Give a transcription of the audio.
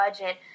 budget